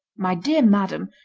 my dear madam,